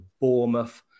Bournemouth